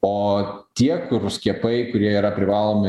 o tie kur skiepai kurie yra privalomi